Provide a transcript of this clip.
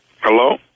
Hello